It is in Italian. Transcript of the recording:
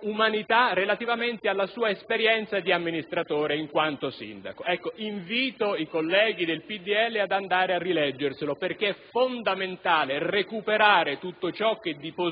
umanità relativamente alla sua esperienza di amministratore in quanto sindaco. Invito i colleghi del PdL ad andare a rileggere tale intervento, perché è fondamentale recuperare tutto ciò che di positivo